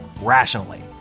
rationally